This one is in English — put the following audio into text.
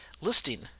listing